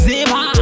Zima